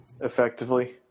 effectively